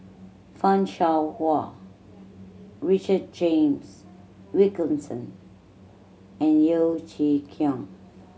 Fan Shao Hua Richard James Wilkinson and Yeo Chee Kiong